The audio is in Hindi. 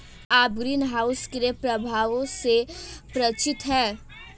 क्या आप ग्रीनहाउस के प्रभावों से परिचित हैं?